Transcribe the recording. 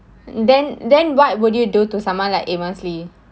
then then what would you do to someone like amos yee